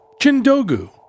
Chindogu